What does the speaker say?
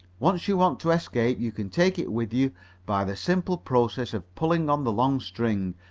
once you want to escape you can take it with you by the simple process of pulling on the long string,